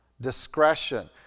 discretion